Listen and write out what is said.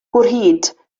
gwrhyd